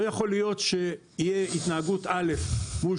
לא יכול להיות שתהיה התנהגות א' מול